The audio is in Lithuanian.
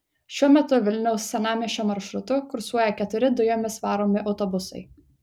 šiuo metu vilniaus senamiesčio maršrutu kursuoja keturi dujomis varomi autobusai